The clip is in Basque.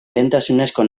lehentasunezko